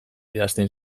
idazten